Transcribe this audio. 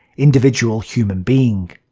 individual human being.